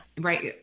right